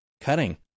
Cutting